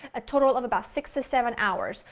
total of about six to seven hours.